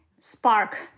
spark